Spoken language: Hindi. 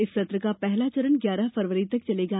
इस सत्र का पहला चरण ग्यारह फरवरी तक चलेगा